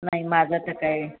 नाही माझं तर काय